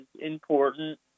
important